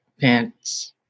pants